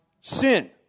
sin